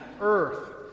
earth